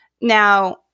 Now